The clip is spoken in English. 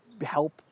help